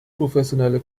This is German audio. professionelle